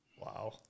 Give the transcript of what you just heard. Wow